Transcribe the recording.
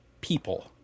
people